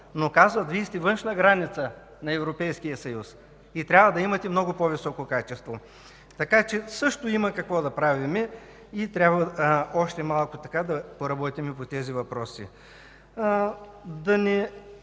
но казват: „Вие сте външна граница на Европейския съюз и трябва да имате много по-високо качество”. Така че също има какво да правим и трябва още малко да поработим по тези въпроси. Да не